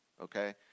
okay